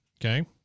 okay